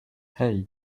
hey